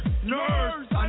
Nerves